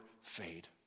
fade